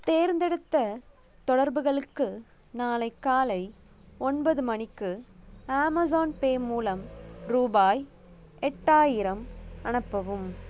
தேர்ந்தெடுத்த தொடர்புகளுக்கு நாளை காலை ஒன்பது மணிக்கு அமேஸான் பே மூலம் ரூபாய் எட்டாயிரம் அனுப்பவும்